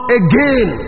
again